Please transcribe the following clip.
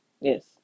yes